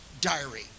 diary